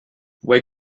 where